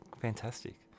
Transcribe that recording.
fantastic